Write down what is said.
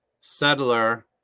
settler